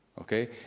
Okay